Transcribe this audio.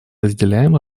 разделяем